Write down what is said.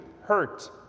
hurt